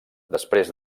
després